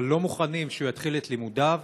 אבל לא מוכנים שהוא יתחיל את לימודיו